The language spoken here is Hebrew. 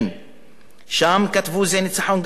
שם כתבו: זה ניצחון גדול למחנה הציוני.